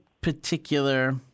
particular